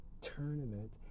tournament